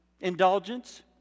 Indulgence